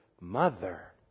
mother